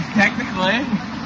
technically